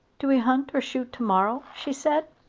do we hunt or shoot to-morrow? she said.